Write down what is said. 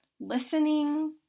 listening